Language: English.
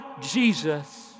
Jesus